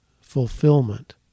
fulfillment